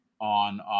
on